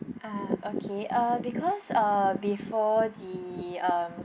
ah okay uh because uh before the um